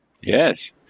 Yes